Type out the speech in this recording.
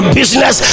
business